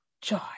joy